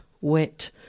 wet